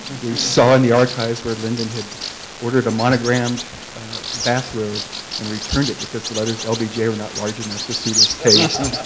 we saw in the archives where lyndon had ordered a monogrammed bathrobe and returned it, because the letters l, b, j were not large enough to suit his taste.